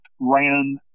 ran